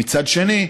ומצד שני,